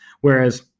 whereas